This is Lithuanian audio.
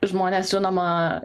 žmonės žinoma